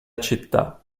città